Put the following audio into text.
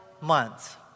months